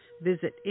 Visit